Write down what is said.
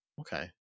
Okay